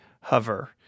Hover